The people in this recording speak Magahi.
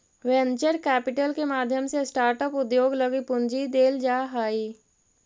वेंचर कैपिटल के माध्यम से स्टार्टअप उद्योग लगी पूंजी देल जा हई